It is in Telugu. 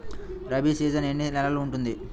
రబీ సీజన్ ఎన్ని నెలలు ఉంటుంది?